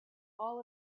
all